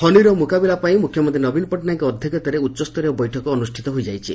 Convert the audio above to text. ଫନୀର ମୁକାବିଲା ପାଇଁ ମୁଖ୍ୟମନ୍ତୀ ନବୀନ ପଟଟନାୟକଙ୍କ ଅଧ୍ୟକ୍ଷତାରେ ଉଚ୍ଚସ୍ତରୀୟ ବୈଠକ ଅନୁଷ୍ବିତ ହୋଇଯାଇଛି